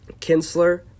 Kinsler